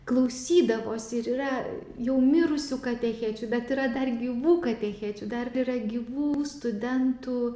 klausydavosi ir yra jau mirusių katechečių bet yra dar gyvų katechečių dar yra gyvų studentų